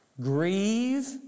Grieve